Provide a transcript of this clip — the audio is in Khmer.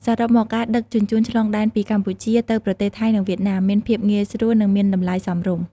សរុបមក ការដឹកជញ្ជូនឆ្លងដែនពីកម្ពុជាទៅប្រទេសថៃនិងវៀតណាមមានភាពងាយស្រួលនិងមានតម្លៃសមរម្យ។